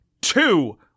two